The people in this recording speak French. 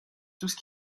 tous